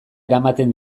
ematen